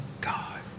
God